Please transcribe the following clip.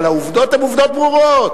אבל העובדות הן עובדות ברורות.